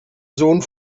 sohn